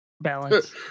balance